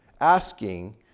asking